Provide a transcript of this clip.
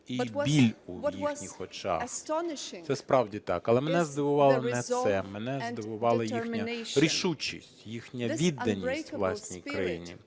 і біль у їхніх очах, це справді так. Але мене здивувало не це, мене здивувала їхня рішучість, їхня відданість власній країні.